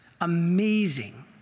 Amazing